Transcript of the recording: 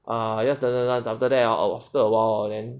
err I just dance dance dance then after that hor after a while hor